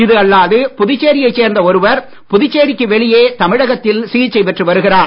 இது அல்லாது புதுச்சேரியை சேர்ந்த ஒருவர் புதுச்சேரிக்கு வெளியே தமிழகத்தில் சிகிச்சை பெற்று வருகிறார்